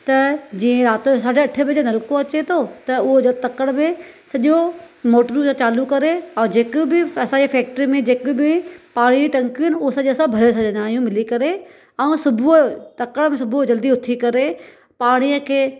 त जीअं राति जो साढे अठ बजे नल्को अचे थो त उहो जो तकड़ि में सॼो मोट्रू चालू करे ऐं जेके बि असांजी फैक्ट्री में जेके बि पाणी जी टंकीयूं आहिनि उहा सॼी असां भरे छॾंदा आहियूं मिली करे ऐं सुबुह जो तकड़ि बि सुबुहु जल्दी उथी करे पाणीअ खे